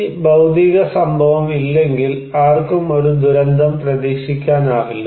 ഈ ഭൌതിക സംഭവം ഇല്ലെങ്കിൽ ആർക്കും ഒരു ദുരന്തം പ്രതീക്ഷിക്കാനാവില്ല